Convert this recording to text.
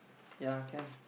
ya can